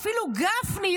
אפילו גפני,